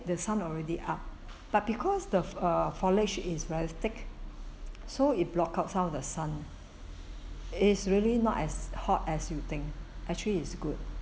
the sun already up but because the err foliage is very thick so it block out some of the sun is really not as hot as you think actually is good